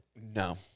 No